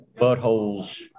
buttholes